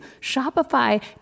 Shopify